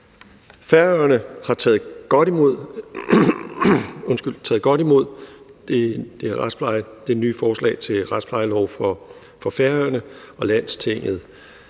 Færøerne har taget godt imod det nye forslag til en retsplejelov for Færøerne, og Lagtinget